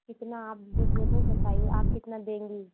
कितना आप जो हो बताइए आप कितना देंगी